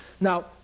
Now